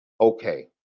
okay